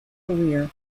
career